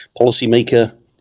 policymaker